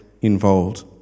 involved